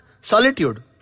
solitude